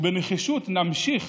ובנחישות נמשיך